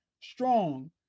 strong